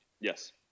yes